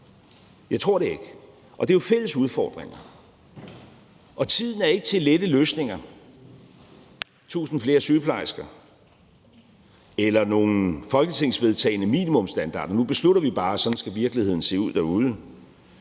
Jeg tror det ikke. Det er jo fælles udfordringer. Kl. 19:27 Tiden er ikke til lette løsninger såsom 1.000 flere sygeplejersker eller nogle folketingsvedtagne minimumsstandarder eller til, at vi bare beslutter, at sådan skal virkeligheden derude